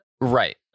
Right